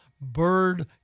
bird